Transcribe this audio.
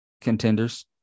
contenders